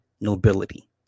nobility